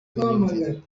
n’imyumvire